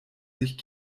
sich